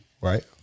right